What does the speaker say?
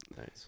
Nice